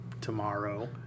tomorrow